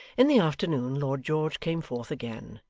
in the afternoon lord george came forth again,